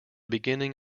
beginning